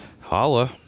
Holla